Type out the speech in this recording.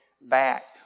back